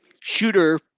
Shooter